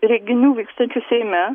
renginių vykstančių seime